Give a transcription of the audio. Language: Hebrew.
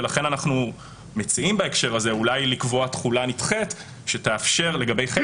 ולכן אנחנו מציעים בהקשר הזה אולי לקבוע תחולה נדחית שתאפשר לגבי חלק